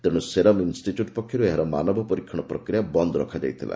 ତେଣୁ Serum Institute ପକ୍ଷରୁ ଏହାର ମାନବ ପରୀକ୍ଷଣ ପ୍ରକ୍ରିୟା ବନ୍ଦ ରଖାଯାଇଥିଲା